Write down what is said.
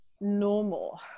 normal